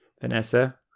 Vanessa